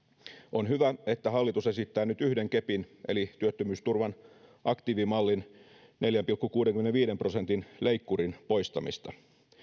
on hyvä että hallitus esittää nyt yhden kepin eli työttömyysturvan aktiivimallin neljän pilkku kuudenkymmenenviiden prosentin leikkurin poistamista